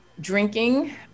Drinking